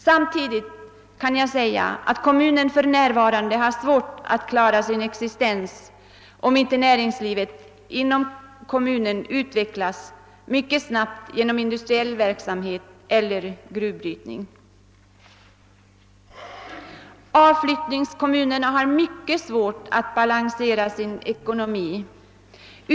Samtidigt kan jag säga att kommunen för närvarande har svårt att klara sin existens, om inte näringslivet inom kommunen utvecklas snabbt genom «industriell verksamhet eller gruvbrytning. Avflyttningskommunerna har mycket svårt att balansera sin ekonomi.